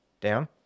down